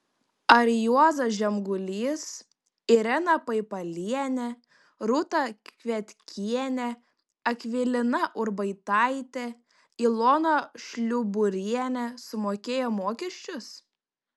ar juozas žemgulys irena paipalienė rūta kvietkienė akvilina ubartaitė ilona šliuburienė sumokėjo mokesčius